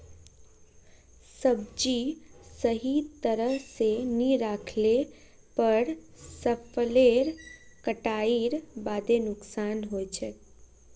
सब्जी सही तरह स नी राखले पर फसलेर कटाईर बादे नुकसान हछेक